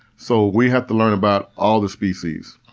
so, we had to learn about all the species.